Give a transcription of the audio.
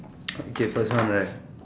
okay first one right